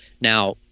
now